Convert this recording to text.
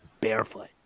barefoot